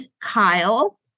Kyle